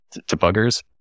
debuggers